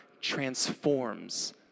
transforms